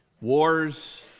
Wars